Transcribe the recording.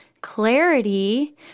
clarity